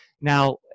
now